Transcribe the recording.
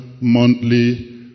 monthly